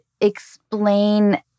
explain